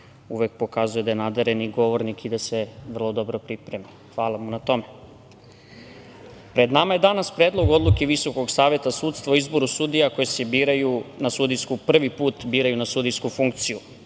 uvek pokazuje da je nadareni govornik i da se vrlo dobro priprema. Hvala mu na tome. Pred nama je danas Predlog odluke Visokog saveta sudstva o izboru sudija koje se prvi put biraju na sudijsku funkciju.